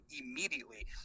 immediately